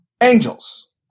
angels